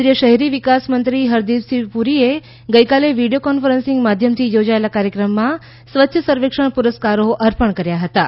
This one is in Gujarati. કેન્દ્રીય શહેરી વિકાસમંત્રી હરદીપસીંહ પુરીએ ગઈકાલે વિડીયો કોન્ફરન્સીંગ માધ્યમથી યોજાયેલાં કાર્યક્રમમાં સ્વચ્છ સર્વેક્ષણ પુરસ્કારો અર્પણ કર્યા હતાં